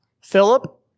Philip